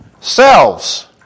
selves